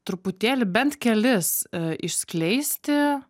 truputėlį bent kelis išskleisti